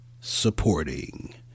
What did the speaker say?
supporting